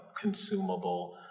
consumable